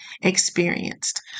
experienced